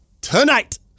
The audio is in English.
Tonight